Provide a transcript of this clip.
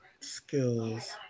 skills